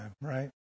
right